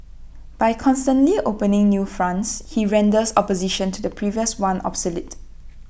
by constantly opening new fronts he renders opposition to the previous one obsolete